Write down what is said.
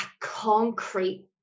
concrete